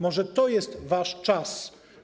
Może to jest wasz czas.